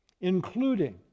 including